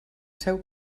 seu